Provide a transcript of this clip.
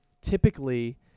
Typically